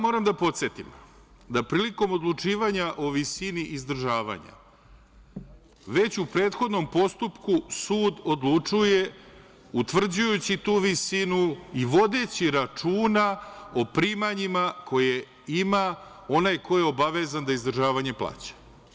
Moram da podsetim da prilikom odlučivanja o visini izdržavanja, već u prethodnom postupku sud odlučuje, utvrđujući tu visinu i vodeći računa o primanjima koje ima onaj ko je obavezan da izdržavanje plaća.